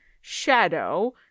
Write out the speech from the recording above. shadow